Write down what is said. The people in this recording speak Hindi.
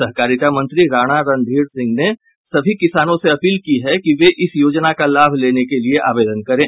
सहकारिता मंत्री राणा रणधीर सिंह ने सभी किसानों से अपील की है कि वे इस योजना का लाभ लेने के लिये आवेदन करें